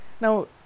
Now